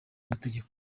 amategeko